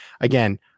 again